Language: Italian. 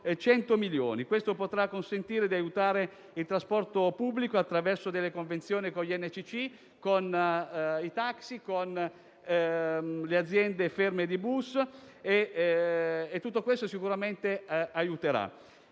Questo consentirà di aiutare il trasporto pubblico attraverso delle convenzioni con gli NCC, con i taxi e le aziende di bus che sono ferme. Tutto questo sicuramente aiuterà.